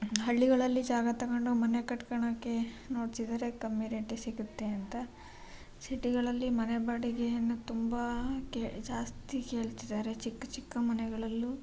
ಹಳ್ಳಿಗಳಲ್ಲಿ ಜಾಗ ತಗೊಂಡು ಮನೆ ಕಟ್ಕೊಳ್ಳೋಕ್ಕೆ ನೋಡ್ತಿದ್ದಾರೆ ಕಮ್ಮಿ ರೇಟಿಗೆ ಸಿಗತ್ತೆ ಅಂತ ಸಿಟಿಗಳಲ್ಲಿ ಮನೆ ಬಾಡಿಗೆಯನ್ನು ತುಂಬ ಕೆ ಜಾಸ್ತಿ ಕೇಳ್ತಿದ್ದಾರೆ ಚಿಕ್ಕ ಚಿಕ್ಕ ಮನೆಗಳಲ್ಲೂ